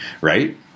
right